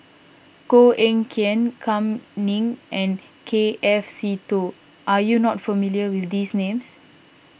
Koh Eng Kian Kam Ning and K F Seetoh are you not familiar with these names